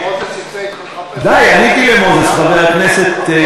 מוזס יצא אתך, די, עניתי למוזס, חבר הכנסת חסון.